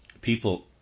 People